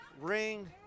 ring